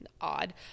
odd